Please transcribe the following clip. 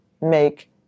make